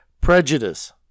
prejudice